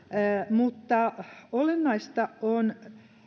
mutta olennaista on